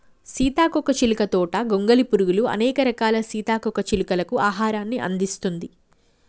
సీతాకోక చిలుక తోట గొంగలి పురుగులు, అనేక రకాల సీతాకోక చిలుకలకు ఆహారాన్ని అందిస్తుంది